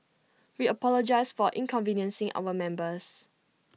we apologise for inconveniencing our members